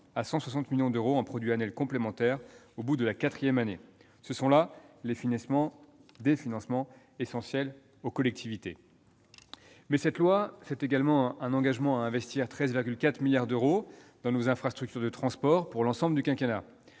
à 160 millions d'euros en produit annuel complémentaire au bout de la quatrième année. Ce sont là des financements essentiels aux collectivités. Il y a également, dans ce projet de loi, un engagement à investir 13,4 milliards d'euros dans nos infrastructures de transport sur l'ensemble du quinquennat.